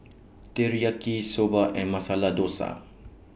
Teriyaki Soba and Masala Dosa